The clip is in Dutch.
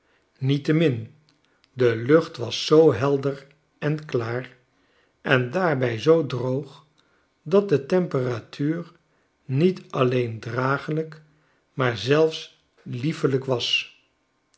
niettemin de lucht was zoo helder en klaar en daarbij zoo droog dat de temperatuur niet alleen dragelijk maar zelfs liefelijk was